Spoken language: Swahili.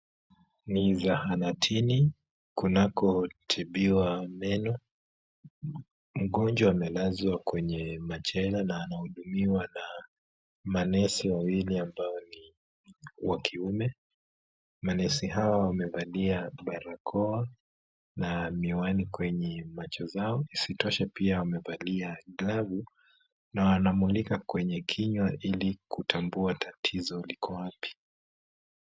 Ni zahanatini kunakotibiwa meno. Mgonjwa amelazwa kwenye machela na anahudumiwa na manesi wawili ambao ni wa kiume. Manesi hao wamevalia barakoa na miwani kwenye macho zao. Isitoshe pia, wamevalia glavu na wanamulika kwenye kinywa ili kutambua tatizo liko wapi.